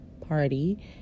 party